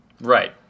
Right